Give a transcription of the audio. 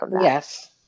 Yes